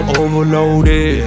overloaded